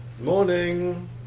Morning